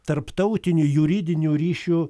tarptautiniu juridiniu ryšiu